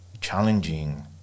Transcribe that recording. challenging